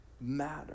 matter